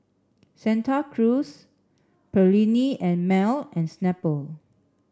Santa Cruz Perllini and Mel and Snapple